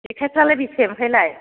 जेखायफ्रालाय बेसे ओमफ्रायलाय